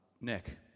Nick